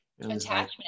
attachment